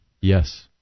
Yes